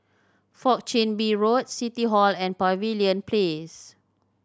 Fourth Chin Bee Road City Hall and Pavilion Place